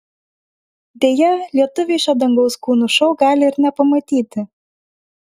deja lietuviai šio dangaus kūnų šou gali ir nepamatyti